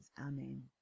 Amen